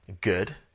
good